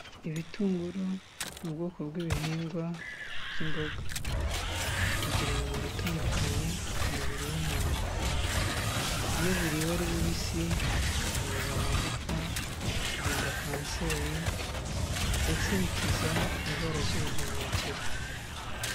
Ibitunguru ni ubwoko bw'ibihingwa by'imboga, bigira umumaro utandukanye mu mubiri w'umuntu, iyo biriwe ari bibisi bikomeza amagufa, birinda kanseri ndetse bikiza indwara z'ubuhumekero.